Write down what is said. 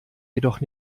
jedoch